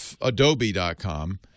Adobe.com